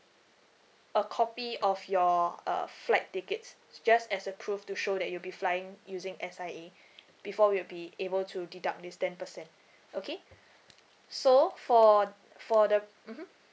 a copy of your uh flight tickets it's just as a proof to show that you'll be flying using S_I_A before we'll be able to deduct this ten percent okay so for for the mmhmm